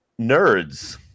Nerds